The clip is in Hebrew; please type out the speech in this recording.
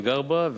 וגר בה,